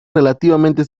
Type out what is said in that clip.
relativamente